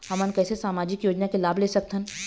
हमन कैसे सामाजिक योजना के लाभ ले सकथन?